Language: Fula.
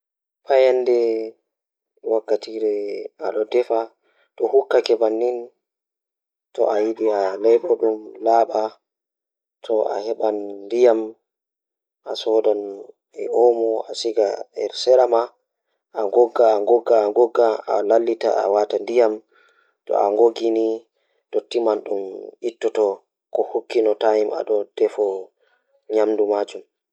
So a yi'i ndiyam, to mi yetti a yi'ude ngari e ɗum waɗi go'oto, ko honde teeltaa woni. A ɗaɓɓiti pan e reɓe to ɓe taƴi ko duuɓi e walla sɛddu walla ɗiɗi ɗoo laɓɓi duuɓi. Kadi duuɓi don, a waɗa teeltaa, e tawa a waddi e wone e jam. Ko ƴeewde, a waawa jooɗude ɗum kadi moftaa kala, suɓo hala ton hite sago miiji ko gootegol?